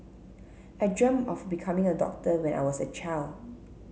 I dreamt of becoming a doctor when I was a child